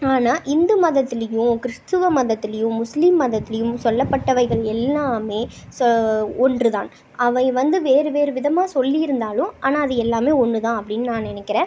ஆனால் இந்து மதத்துலேயும் கிறிஸ்துவ மதத்துலேயும் முஸ்லீம் மதத்துலேயும் சொல்லப்பட்டவைகள் எல்லாம் ஒன்று தான் அவை வந்து வேறு வேறு விதமாக சொல்லியிருந்தாலும் ஆனால் அது எல்லாம் ஒன்று தான் அப்படின்னு நான் நினைக்கிறேன்